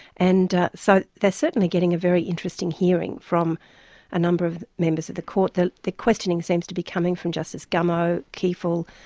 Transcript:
and, so, they're certainly getting a very interesting hearing from a number of members of the court. the the questioning seems to be coming from justice gummow, kiefel,